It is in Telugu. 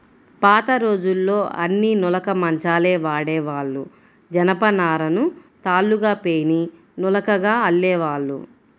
పాతరోజుల్లో అన్నీ నులక మంచాలే వాడేవాళ్ళు, జనపనారను తాళ్ళుగా పేని నులకగా అల్లేవాళ్ళు